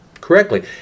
correctly